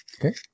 okay